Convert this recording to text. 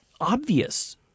obvious